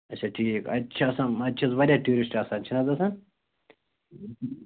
اَچھا ٹھیٖک اَتہِ چھِ آسان اَتہِ چھِ حظ واریاہ ٹیٛوٗرِسٹہٕ آسان چھِنہٕ حظ آسان